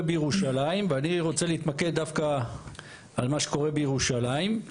בירושלים ואני רוצה להתמקד דווקא על מה שקורה בירושלים.